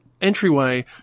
entryway